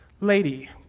lady